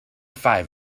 five